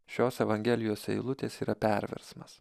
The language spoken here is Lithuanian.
šios evangelijos eilutės yra perversmas